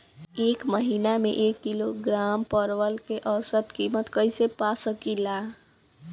एक महिना के एक किलोग्राम परवल के औसत किमत कइसे पा सकिला?